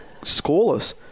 scoreless